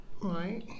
right